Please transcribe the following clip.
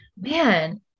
man